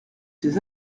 ces